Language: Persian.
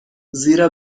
زیرا